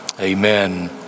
amen